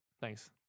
Thanks